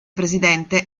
presidente